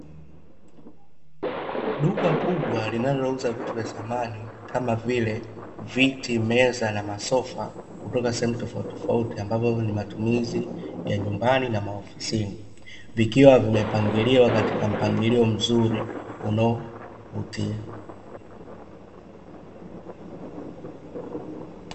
Duka kubwa linalouza vitu vya samani kama vile: viti, meza na masofa; kutoka sehemu tofautitofauti ambavyo ni matumizi ya nyumbani na maofisini. Vikiwa vimepangiliwa katika mpangilio mzuri unaovutia.